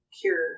cure